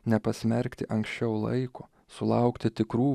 nepasmerkti anksčiau laiko sulaukti tikrų